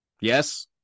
Yes